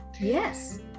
Yes